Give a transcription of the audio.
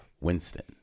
Winston